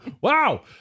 wow